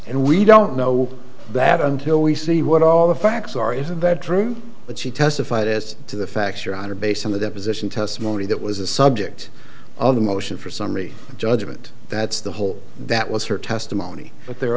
and we don't know that until we see what all the facts are isn't that true but she testified as to the facts your honor based on the deposition testimony that was the subject of the motion for summary judgment that's the whole that was her testimony but there are